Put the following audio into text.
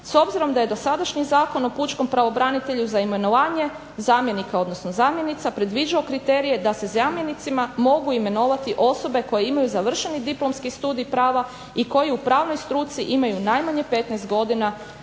s obzirom da je dosadašnji Zakon o pučkom pravobranitelju za imenovanje zamjenika odnosno zamjenica predviđao kriterije da se zamjenicima mogu imenovati osobe koje imaju završeni diplomski studij prava i koje u pravnoj struci imaju najmanje 15 godina